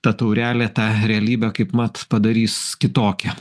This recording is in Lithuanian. ta taurelė tą realybę kaipmat padarys kitokią